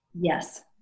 Yes